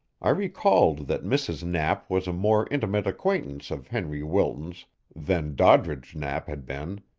i recalled that mrs. knapp was a more intimate acquaintance of henry wilton's than doddridge knapp had been,